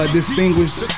distinguished